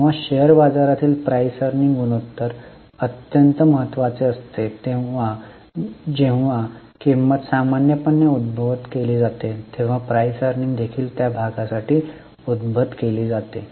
जेव्हा शेअर बाजारातील पीई गुणोत्तर अत्यंत महत्वाचे असते तेव्हा जेव्हा किंमत सामान्यपणे उद्धृत केली जाते तेव्हा पीई देखील त्या भागासाठी उद्धृत केली जाते